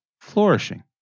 flourishing